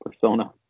Persona